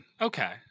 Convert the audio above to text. Okay